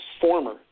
Former